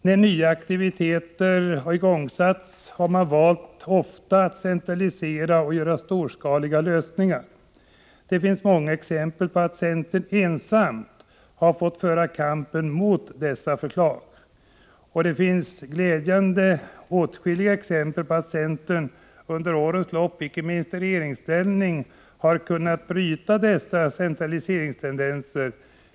När nya aktiviteter har igångsatts, har man ofta valt centralisering och storskaliga lösningar. Det finns många exempel på att centerpartiet ensamt har fått föra kampen mot sådana förslag. Det finns glädjande nog åtskilliga exempel på att centern under årens lopp, icke minst i regeringsställning, har kunnat bryta dessa centraliseringstenden ser.